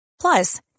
Plus